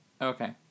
Okay